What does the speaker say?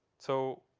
so